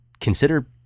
consider